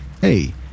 Hey